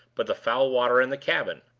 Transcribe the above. but the foul water in the cabin.